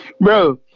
bro